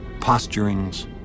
posturings